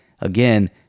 again